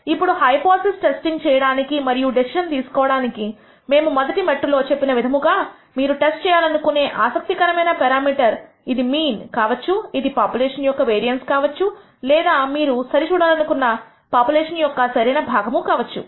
ఇప్పుడు hypothesis testing చేయడానికి మరియు డెసిషన్ తీసుకోడానికి మేము మొదటి మెట్టు లో చెప్పిన విధముగా మీరు టెస్ట్ చేయాలనుకునే ఆసక్తికరమైన పెరామీటర్ ఇది మీన్ కావచ్చు ఇది పాపులేషన్ యొక్క వెరియాన్స్ కావచ్చు లేదా మీరు సరి చూడాలనుకున్నా పాపులేషన్ యొక్క సరైన భాగము కావచ్చు